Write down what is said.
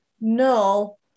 no